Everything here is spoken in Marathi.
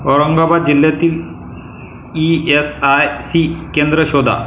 औरंगाबाद जिल्ह्यातील ई यस आय सी केंद्र शोधा